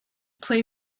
play